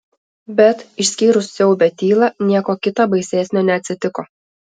bet išskyrus siaubią tylą nieko kita baisesnio neatsitiko